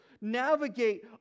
navigate